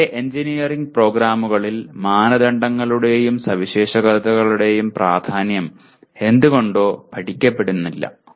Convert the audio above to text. ഇന്നത്തെ എഞ്ചിനീയറിംഗ് പ്രോഗ്രാമുകളിൽ മാനദണ്ഡങ്ങളുടെയും സവിശേഷതകളുടെയും പ്രാധാന്യം എന്തുകൊണ്ടോ പഠിപ്പിക്കപ്പെടുന്നില്ല